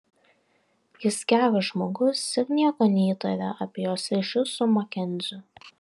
jis geras žmogus ir nieko neįtaria apie jos ryšius su makenziu